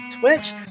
Twitch